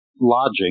lodging